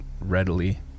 Readily